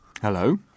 Hello